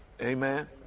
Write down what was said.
Amen